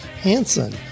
Hansen